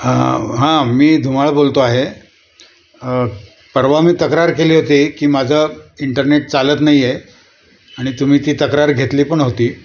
हा हा मी धुमाळ बोलतो आहे परवा मी तक्रार केली होती की माझं इंटरनेट चालत नाही आहे आणि तुम्ही ती तक्रार घेतली पण होती